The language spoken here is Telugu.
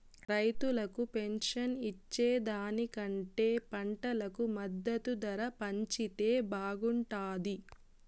రైతులకు పెన్షన్ ఇచ్చే దానికంటే పంటకు మద్దతు ధర పెంచితే బాగుంటాది